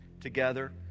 together